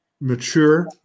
mature